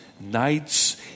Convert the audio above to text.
nights